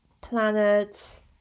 planets